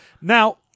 Now